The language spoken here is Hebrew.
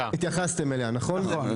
התייחסתם אליה, נכון?